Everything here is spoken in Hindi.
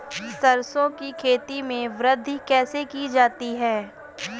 सरसो की खेती में वृद्धि कैसे की जाती है?